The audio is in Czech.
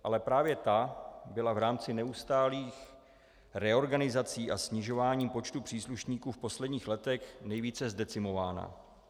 Ale právě ta byla v rámci neustálých reorganizací a snižování počtu příslušníků v posledních letech nejvíce zdecimována.